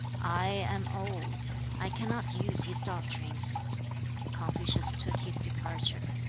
i am old i cannot use his doctrines confucius took his departure.